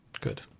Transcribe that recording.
Good